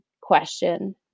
question